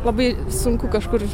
labai sunku kažkur